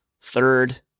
third